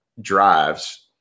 drives